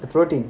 the protein